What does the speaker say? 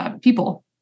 people